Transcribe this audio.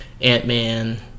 Ant-Man